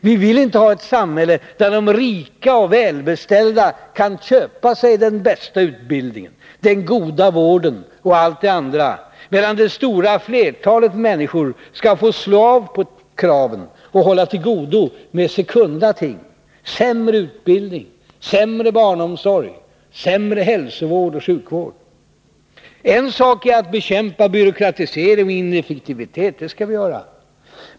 Vi vill inte ha ett samhälle där de rika och välbeställda kan köpa sig den bästa utbildningen, den goda vården och allt det andra, medan det stora flertalet människor skall få slå av på kraven och hålla till godo med sekunda ting: sämre utbildning, sämre barnomsorg, sämre hälsooch sjukvård. En sak är att bekämpa byråkratisering och ineffektivitet — det skall vi göra.